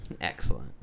excellent